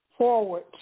Forward